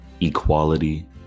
equality